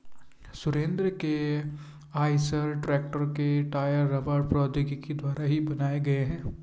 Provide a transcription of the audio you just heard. सुरेंद्र के Eicher tractor के tyre रबड़ प्रौद्योगिकी द्वारा ही बनाए गए हैं